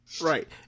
Right